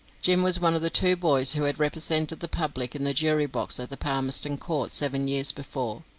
jim was one of the two boys who had represented the public in the jury box at the palmerston court seven years before.